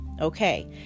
okay